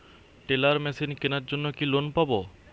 Teller machine কেনার জন্য কি লোন পাব?